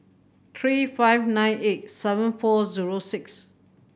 three five nine eight seven four zero six